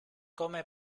come